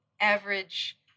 average